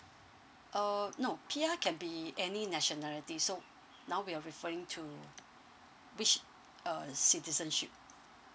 uh no P_R can be any nationality so now we're referring to which uh citizenship